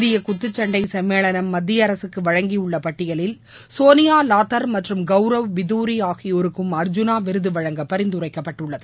இந்திய குத்துச் சண்டை சம்மேளம் மத்திய அரசுக்கு வழங்கியுள்ள பட்டியலில் சோனியா லாதர் மற்றும் கௌரவ் பிதூரி ஆகியோருக்கும் அர்ஜுனா விருது வழங்க பரிந்துரைக்கப்பட்டுள்ளது